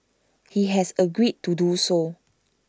he has agreed to do so